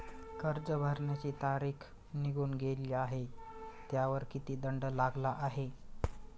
कर्ज भरण्याची तारीख निघून गेली आहे त्यावर किती दंड लागला आहे?